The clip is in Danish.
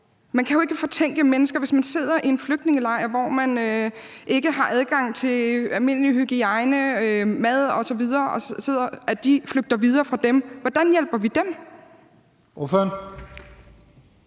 Man kan jo ikke fortænke mennesker i, at hvis de sidder i en flygtningelejr, hvor man ikke har adgang til almindelig hygiejne, mad osv., at flygte videre fra dem. Hvordan hjælper vi dem?